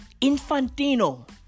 Infantino